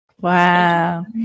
Wow